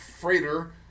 freighter